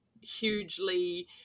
hugely